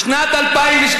בשנת 2012,